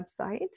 website